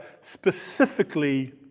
specifically